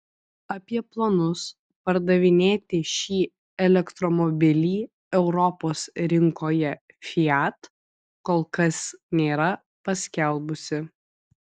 apie planus pardavinėti šį elektromobilį europos rinkoje fiat kol kas nėra paskelbusi